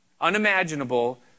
unimaginable